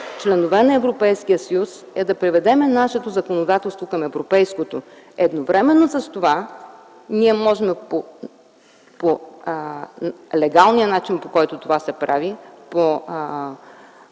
членове на Европейския съюз да приведем нашето законодателство към европейското. Едновременно с това можем по легалния начин, по който това се прави,